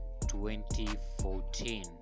2014